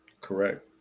correct